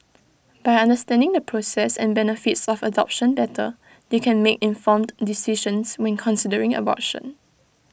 by understanding the process and benefits of adoption better they can make informed decisions when considering abortion